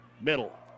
middle